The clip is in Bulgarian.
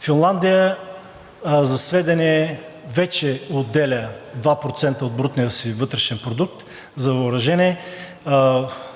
Финландия, за сведение, вече отделя 2% от брутния си вътрешен продукт за въоръжение.